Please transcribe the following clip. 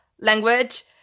language